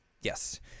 Yes